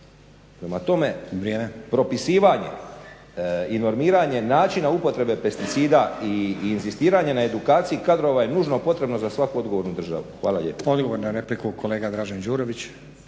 Prema tome, propisivanje i normiranje načina upotrebe pesticida i inzistiranje na edukaciji kadrova je nužno potrebno za svaku odgovornu državu. Hvala lijepo. **Stazić, Nenad (SDP)** Odgovor na repliku kolega Dražen Đurović.